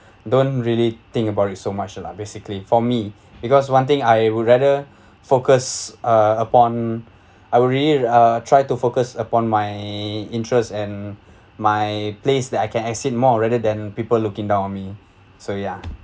don't really think about it so much lah basically for me because one thing I would rather focus uh upon I would really uh try to focus upon my interest and my place that I can exceed more rather than people looking down on me so ya